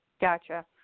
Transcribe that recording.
Gotcha